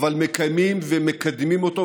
אבל מקיימים ומקדמים אותם,